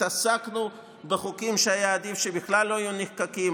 התעסקנו בחוקים שהיה עדיף שבכלל לא היו נחקקים,